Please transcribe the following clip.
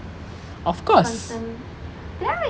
of course